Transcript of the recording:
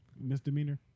misdemeanor